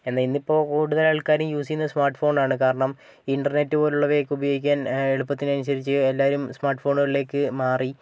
എന്നാൽ ഇന്നിപ്പോൾ കൂടുതൽ ആൾക്കാരും യൂസ് ചെയ്യുന്നത് സ്മാർട്ട് ഫോണാണ് കാരണം ഇന്റർനെറ്റ് പോലുള്ളവയൊക്കെ ഉപയോഗിക്കാൻ എളുപ്പത്തിനനുസരിച്ച് എല്ലാവരും സ്മാർട്ട് ഫോണുകളിലേക്ക് മാറി